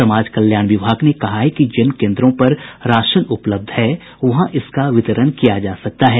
समाज कल्याण विभाग ने कहा है कि जिन केन्द्रों पर राशन उपलब्ध है वहां इसका वितरण किया जा सकता है